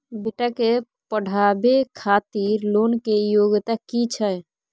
बेटा के पढाबै खातिर लोन के योग्यता कि छै